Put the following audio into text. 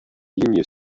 lignes